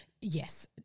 Yes